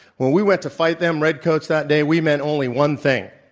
when we went to fight them red coats that day we meant only one thing.